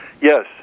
Yes